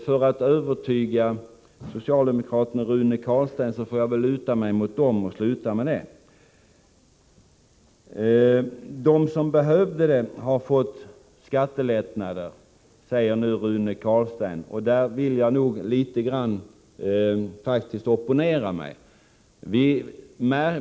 För att övertyga socialdemokraten Rune Carlstein får jag väl luta mig mot dem. De som behövde det har fått skattelättnader, säger Rune Carlstein, men där vill jag opponera mig litet grand.